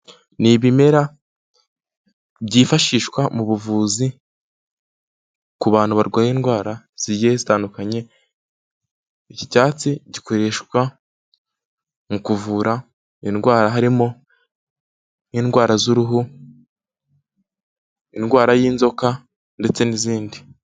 Ni ibimera byifashishwa mu buvuzi ku bantu barwaye indwara zigiye zitandukanye, iki cyatsi gikoreshwa mu kuvura indwara harimo n'indwara z'uruhu, indwara y'inzoka ,ndetse n'izindi.